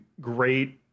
great